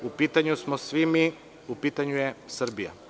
U pitanju smo svi mi, u pitanju je Srbija.